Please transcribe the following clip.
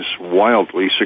wildly